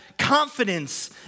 Confidence